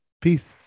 Peace